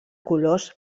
colors